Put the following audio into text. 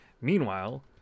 meanwhile